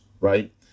right